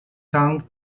tank